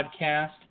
podcast